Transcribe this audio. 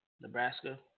Nebraska